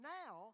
now